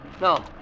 No